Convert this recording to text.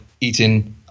eating